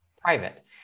private